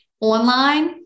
online